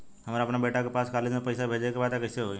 हमरा अपना बेटा के पास कॉलेज में पइसा बेजे के बा त कइसे होई?